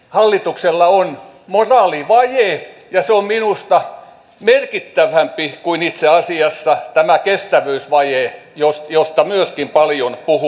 hallituksella on moraalivaje ja se on minusta merkittävämpi kuin itse asiassa tämä kestävyysvaje josta myöskin paljon puhutaan